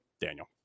Daniel